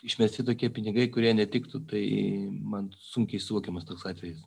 išmesti tokie pinigai kurie netiktų tai man sunkiai suvokiamas toks atvejis